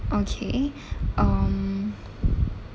okay um